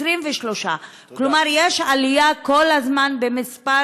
23. כלומר, יש עלייה כל הזמן במספר